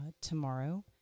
tomorrow